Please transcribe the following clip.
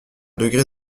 degré